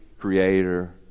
creator